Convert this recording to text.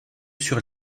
sur